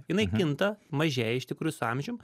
jinai kinta mažėja iš tikrųjų su amžium